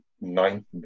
nine